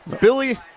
Billy